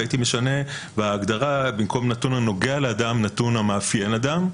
והייתי משנה בהגדרה במקום "נתון הנוגע לאדם" "נתון המאפיין אדם".